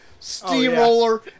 Steamroller